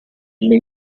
lei